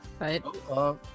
Right